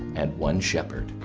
and one shepherd.